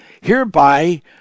Hereby